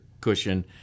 cushion